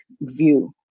view